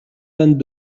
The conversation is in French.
vingt